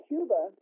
Cuba